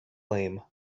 lame